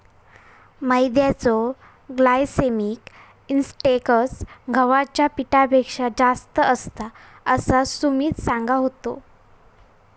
मैद्याचो glycaemic index गव्हाच्या पिठापेक्षा जास्त असता, असा सुमित सांगा होतो